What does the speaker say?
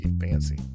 fancy